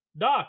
doc